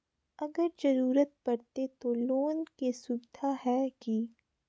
अगर जरूरत परते तो लोन के सुविधा है की?